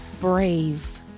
brave